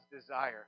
desire